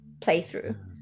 playthrough